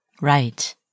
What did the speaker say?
Right